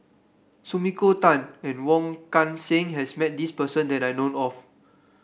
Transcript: Sumiko Tan and Wong Kan Seng has met this person that I know of